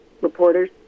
reporters